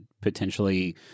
potentially